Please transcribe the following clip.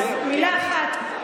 אז מילה אחת.